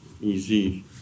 easy